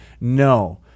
no